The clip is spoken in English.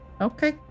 Okay